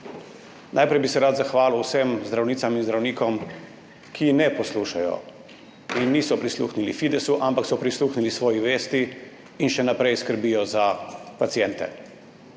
Najprej bi se rad zahvalil vsem zdravnicam in zdravnikom, ki ne poslušajo in niso prisluhnili Fidesu, ampak so prisluhnili svoji vesti in še naprej skrbijo za paciente.